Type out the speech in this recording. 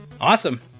awesome